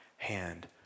Hand